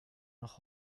noch